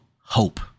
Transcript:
hope